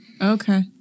Okay